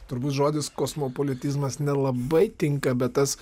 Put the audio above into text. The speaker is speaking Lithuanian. turbūt žodis kosmopolitizmas nelabai tinka bet tas